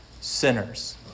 sinners